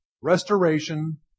restoration